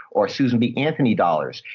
or susan b. anthony dollars.